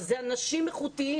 ואלה אנשים איכותיים,